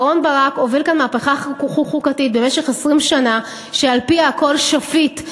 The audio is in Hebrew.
אהרן ברק הוביל במשך 20 שנה את המהפכה החוקתית שעל-פיה הכול שפיט.